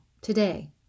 today